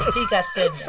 he got thin,